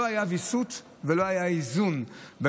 לא היה ויסות ולא היה איזון במערכת,